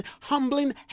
humbling